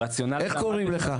איך קוראים לך?